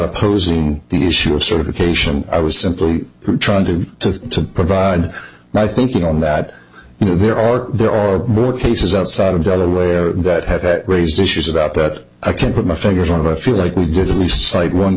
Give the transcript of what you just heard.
opposing the issue of certification i was simply trying to to provide my thinking on that you know there are there are book cases outside of delaware that have raised issues about that i can't put my figures on it i feel like we did at least cite one